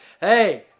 hey